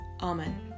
Amen